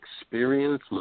experience